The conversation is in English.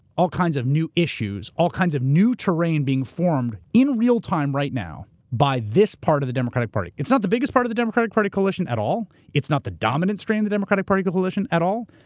all kinds of new issues, all kinds of new terrain being formed in real time right now by this part of the democratic party. it's not the biggest part of the democratic party coalition at all. it's not the dominant strain of the democratic party coalition at all.